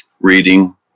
reading